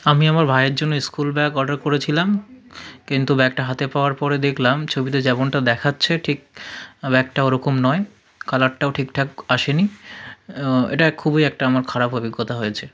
আমি আমার ভাইয়ের জন্য স্কুল ব্যাগ অর্ডার করেছিলাম কিন্তু ব্যাগটা হাতে পাওয়ার পরে দেখলাম ছবিতে যেমনটা দেখাচ্ছে ঠিক ব্যাগটা ওরকম নয় কালারটাও ঠিকঠাক আসেনি এটা খুবই একটা আমার খারাপ অভিজ্ঞতা হয়েছে